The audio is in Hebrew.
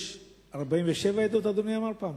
יש 47 עדות, אדוני אמר פעם?